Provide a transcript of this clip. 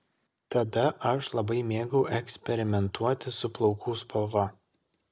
tada aš labai mėgau eksperimentuoti su plaukų spalva